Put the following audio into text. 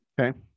Okay